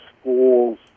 schools